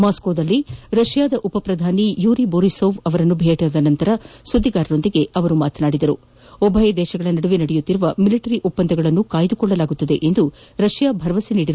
ಮಾಸ್ಕೋದಲ್ಲಿ ರಷ್ಯಾದ ಉಪ ಪ್ರಧಾನಿ ಯೂರಿ ಬೊರಿಸೊವ್ ಅವರನ್ನು ಭೇಟಿಯಾದ ನಂತರ ಮಾಧ್ಯಮಗಳೊಂದಿಗೆ ಮಾತನಾದಿದ ಅವರು ಉಭಯ ದೇಶಗಳ ನಡುವೆ ನಡೆಯುತ್ತಿರುವ ಮಿಲಿಟರಿ ಒಪ್ಪಂದಗಳನ್ನು ಕಾಯ್ದುಕೊಳ್ಳಲಾಗುವುದು ಎಂದು ರಷ್ಯಾ ಭರವಸೆ ನೀಡಿದೆ ಎಂದಿದ್ದಾರೆ